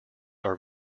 are